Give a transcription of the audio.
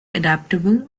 adaptable